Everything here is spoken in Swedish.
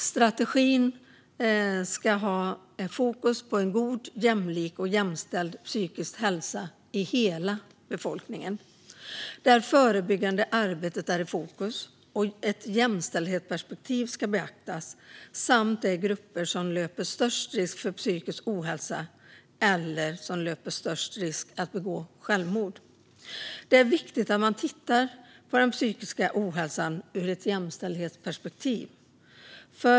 Strategin ska ha fokus på en god, jämlik och jämställd psykisk hälsa i hela befolkningen, där det förebyggande arbetet ska stå i centrum. Ett jämställdhetsperspektiv ska beaktas samt de grupper som löper störst risk för psykisk ohälsa eller för att begå självmord. Det är viktigt att man tittar på den psykiska ohälsan ur ett jämställdhetsperspektiv.